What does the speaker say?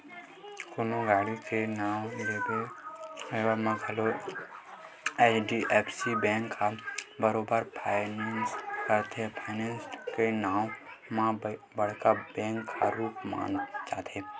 कोनो गाड़ी के नवा लेवब म घलोक एच.डी.एफ.सी बेंक ह बरोबर फायनेंस करथे, फायनेंस के नांव म बड़का बेंक के रुप माने जाथे